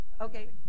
Okay